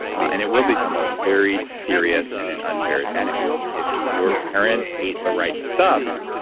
and it will become a very serious and an unfair advantage. if your parents ate the right stuff,